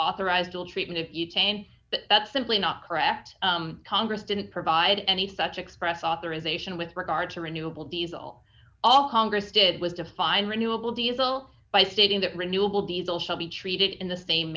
authorized the treatment of you chain but that's simply not correct congress didn't provide any such express authorization with regard to renewable diesel all congress did was define renewable diesel by stating that renewable diesel should be treated in the same